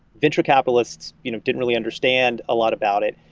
venture capitalists you know didn't really understand a lot about it,